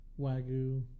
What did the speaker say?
Wagyu